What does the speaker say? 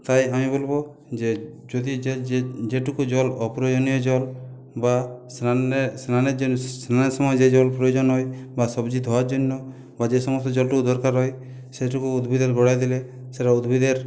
তাই আমি বলবো যে যদি যে যে যেটুকু জল অপ্রয়োজনীয় জল বা স্নানের স্নানের সময় যে জল প্রয়োজন হয় বা সবজি ধোয়ার জন্য বা যে সমস্ত জলটুকু দরকার হয় সেটুকু উদ্ভিদের গোড়ায় দিলে সেটা উদ্ভিদের